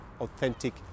authentic